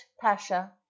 pasha